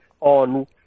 on